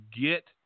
get